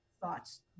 thoughts